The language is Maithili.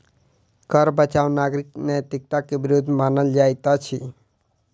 कर बचाव नागरिक नैतिकता के विरुद्ध मानल जाइत अछि